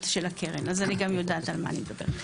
של הקרן אז אני גם יודעת על מה אני מדברת.